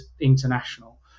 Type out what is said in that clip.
international